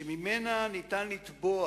שממנה ניתן לתבוע